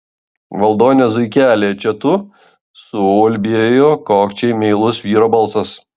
valdone zuikeli čia tu suulbėjo kokčiai meilus vyro balsas